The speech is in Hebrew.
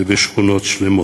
ובשכונות שלמות.